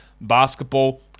basketball